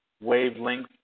wavelength